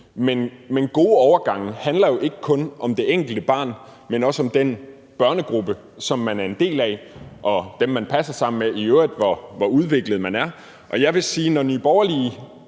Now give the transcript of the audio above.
Men gode overgange handler jo ikke kun om det enkelte barn, men også om den børnegruppe, som man er en del af, og dem, man passer sammen med i øvrigt, efter hvor udviklet man er. Når Nye Borgerlige